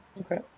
Okay